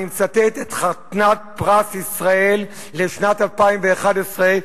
אני מצטט את כלת פרס ישראל לשנת 2011,